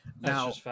Now